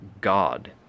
God